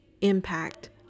impact